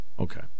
Okay